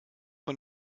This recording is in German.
von